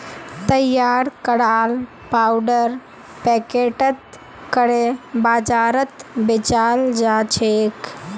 तैयार कराल पाउडर पैकेटत करे बाजारत बेचाल जाछेक